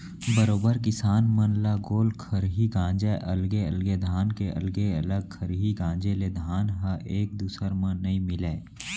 बरोबर किसान मन गोल खरही गांजय अलगे अलगे धान के अलगे अलग खरही गांजे ले धान ह एक दूसर म नइ मिलय